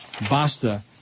Basta